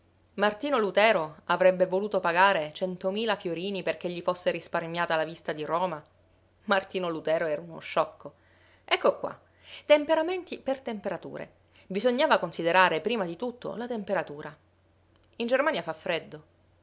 martino lutero avrebbe voluto pagare centomila fiorini perché gli fosse risparmiata la vista di roma martino lutero era uno sciocco ecco qua temperamenti per temperature bisognava considerare prima di tutto la temperatura in germania fa freddo